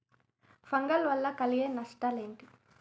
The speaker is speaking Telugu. ఫంగల్ వల్ల కలిగే నష్టలేంటి?